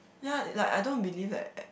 ya like I don't believe like